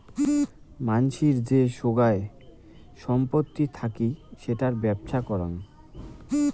মানসির যে সোগায় সম্পত্তি থাকি সেটার বেপ্ছা করাং